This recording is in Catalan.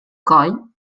coll